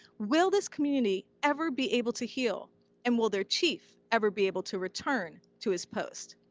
will this community ever be able to heal and will their chief ever be able to return to his post?